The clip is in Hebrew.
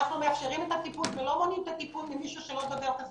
אנחנו מאפשרים את הטיפול ולא מונעים את הטיפול ממישהו שלא דובר את השפה.